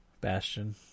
Bastion